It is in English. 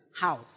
house